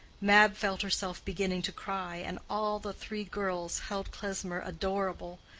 mab felt herself beginning to cry, and all the three girls held klesmer adorable.